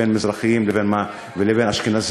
בין מזרחים לבין אשכנזים,